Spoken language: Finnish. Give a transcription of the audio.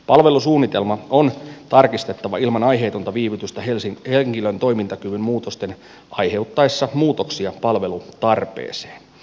palvelusuunnitelma on tarkistettava ilman aiheetonta viivytystä henkilön toimintakyvyn muutosten aiheuttaessa muutoksia palvelutarpeeseen